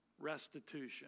restitution